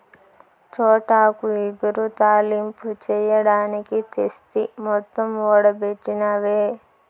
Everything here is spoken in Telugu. తోటాకు ఇగురు, తాలింపు చెయ్యడానికి తెస్తి మొత్తం ఓడబెట్టినవే